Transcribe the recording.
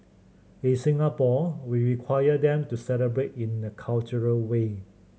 in Singapore we require them to celebrate in a cultural way